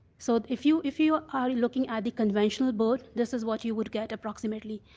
so if you if you are looking at the conventional board, this is what you would get approximately.